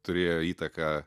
turėjo įtaką